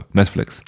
Netflix